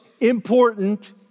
important